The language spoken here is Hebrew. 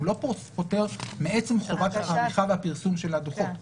הוא לא פוטר מעצם חובת העריכה והפרסום של הדוחות.